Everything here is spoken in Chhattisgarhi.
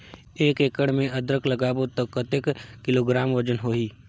एक एकड़ मे अदरक लगाबो त कतेक किलोग्राम वजन होही?